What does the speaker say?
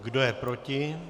Kdo je proti?